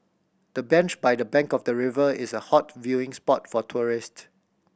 the bench by the bank of the river is a hot viewing spot for tourist